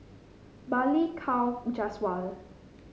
Balli Kaur Jaswal